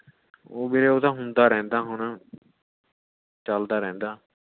ਉਹ ਵੀਰੇ ਉਹ ਤਾਂ ਹੁੰਦਾ ਰਹਿੰਦਾ ਹੁਣ ਚੱਲਦਾ ਰਹਿੰਦਾ